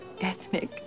ethnic